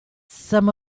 some